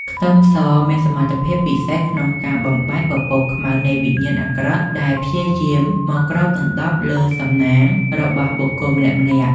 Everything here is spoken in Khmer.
ខ្ទឹមសមានសមត្ថភាពពិសេសក្នុងការបំបែកពពកខ្មៅនៃវិញ្ញាណអាក្រក់ដែលព្យាយាមមកគ្របដណ្តប់លើសំណាងរបស់បុគ្គលម្នាក់ៗ។